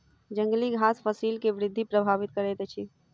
जंगली घास फसिल के वृद्धि प्रभावित करैत अछि